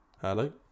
Hello